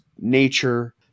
nature